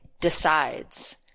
decides